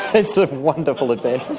it's a wonderful advantage.